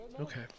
Okay